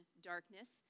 darkness